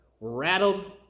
rattled